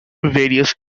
various